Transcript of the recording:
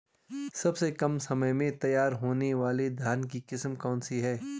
सबसे कम समय में तैयार होने वाली धान की किस्म कौन सी है?